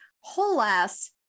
whole-ass